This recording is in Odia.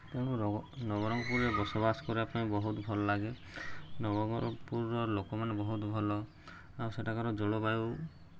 ତେଣୁ ନବରଙ୍ଗପୁରରେ ବସବାସ କରିବା ପାଇଁ ବହୁତ ଭଲ ଲାଗେ ନବରଙ୍ଗପୁରର ଲୋକମାନେ ବହୁତ ଭଲ ଆଉ ସେଠାକାର ଜଳବାୟୁ